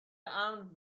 امن